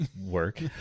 work